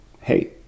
hey